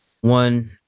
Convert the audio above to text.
One